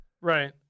Right